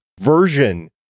version